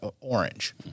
orange